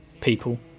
People